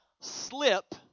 slip